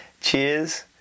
Cheers